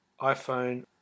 iPhone